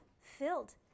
filled